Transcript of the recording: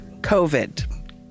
COVID